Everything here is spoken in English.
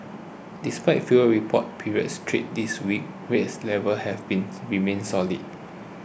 despite fewer reported period trades this week rates levels have been remained solid